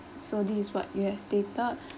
so this is what you have stated